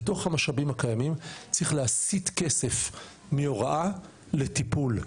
בתוך המשאבים הקיימים צריך להסיט כסף מהוראה לטיפול,